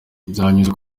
byakunze